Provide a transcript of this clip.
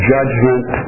Judgment